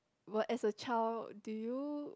were as a child do you